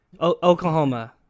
Oklahoma